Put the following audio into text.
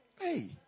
hey